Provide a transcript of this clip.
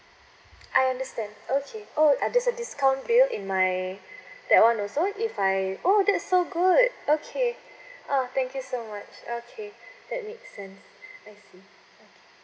I understand okay oh uh there's a discount bill in my that one also if I oh that's so good okay oh thank you so much okay that makes sense okay